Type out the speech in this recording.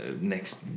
next